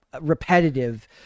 repetitive